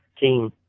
team